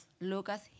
Lucas